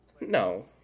No